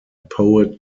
poet